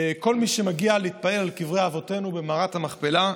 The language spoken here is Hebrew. כל מי שמגיע להתפלל על קברי אבותינו במערת המכפלה,